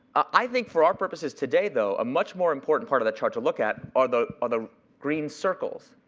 i think for our purposes today though, a much more important part of that chart to look at are the are the green circles.